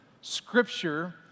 scripture